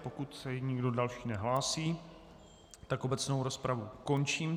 Pokud se nikdo další nehlásí, tak obecnou rozpravu končím.